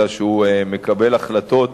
אלא שהוא מקבל החלטות